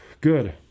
good